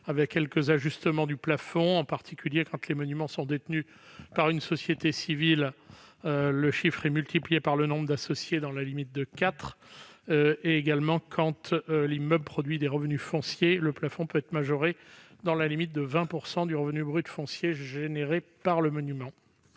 avec quelques ajustements du plafond. En particulier, quand les monuments sont détenus par une société civile, le chiffre est multiplié par le nombre d'associés dans la limite de quatre. Par ailleurs, quand l'immeuble produit des revenus fonciers, le plafond peut être majoré dans la limite de 20 % du revenu brut foncier généré par le monument.